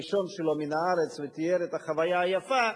הראשון שלו מן הארץ ותיאר את החוויה היפה,